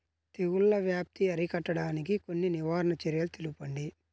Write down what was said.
తెగుళ్ల వ్యాప్తి అరికట్టడానికి కొన్ని నివారణ చర్యలు తెలుపండి?